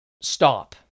stop